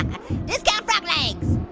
discount frog legs.